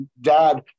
dad